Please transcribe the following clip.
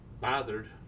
bothered